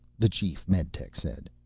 the chief meditech said.